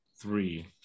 three